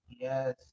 Yes